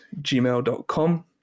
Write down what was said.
gmail.com